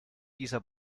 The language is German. dieser